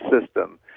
system